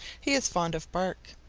he is fond of bark.